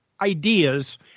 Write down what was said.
ideas